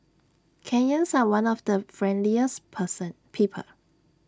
Kenyans are one of the friendliest person people